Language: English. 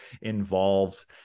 involved